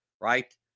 Right